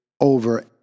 over